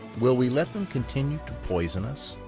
will we let them continue to poison us?